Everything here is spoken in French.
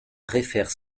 réfère